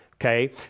okay